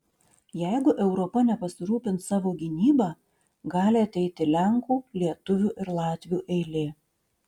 jeigu europa nepasirūpins savo gynyba gali ateiti lenkų lietuvių ir latvių eilė